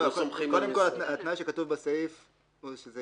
אם אתם לא סומכים על משרד --- קודם כל התנאי שכתוב בסעיף הוא שזו